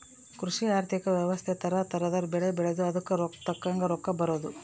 ಕೃಷಿ ಆರ್ಥಿಕ ವ್ಯವಸ್ತೆ ತರ ತರದ್ ಬೆಳೆ ಬೆಳ್ದು ಅದುಕ್ ತಕ್ಕಂಗ್ ರೊಕ್ಕ ಬರೋದು